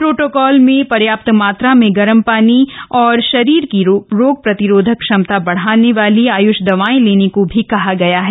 protocol में पर्याप्त मात्रा में गर्म पानी और शरीर की रोग प्रतिरोध क्षमता बढ़ाने वाली आय्ष दवाएं लेने को भी कहा गया है